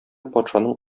патшаның